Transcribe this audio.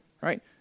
right